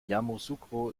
yamoussoukro